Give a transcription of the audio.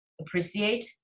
appreciate